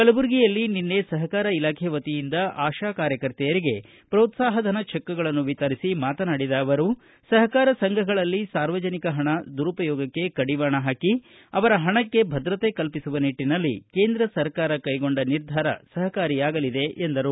ಕಲಬುರಗಿಯಲ್ಲಿ ನಿನ್ನೆ ಸಹಕಾರ ಇಲಾಖೆ ವತಿಯಿಂದ ಆಶಾ ಕಾರ್ಯಕರ್ತೆಯರಿಗೆ ಪೋತ್ಲಾಹ ಧನ ಚೆಕ್ಗಳನ್ನು ವಿತರಿಸಿ ಮಾತನಾಡಿದ ಅವರು ಸಹಕಾರ ಸಂಘಗಳಲ್ಲಿ ಸಾರ್ವಜನಿಕರ ಹಣ ದುರುಪಯೋಗಕ್ಕೆ ಕಡಿವಾಣ ಹಾಕಿ ಅವರ ಹಣಕ್ಕೆ ಭದ್ರತೆ ಕಲ್ಪಿಸುವ ನಿಟ್ಟನಲ್ಲಿ ಕೇಂದ್ರ ಸರ್ಕಾರ ಕೈಗೊಂಡ ನಿರ್ಧಾರ ಸಹಕಾರಿಯಾಗಲಿದೆ ಎಂದರು